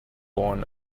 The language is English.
born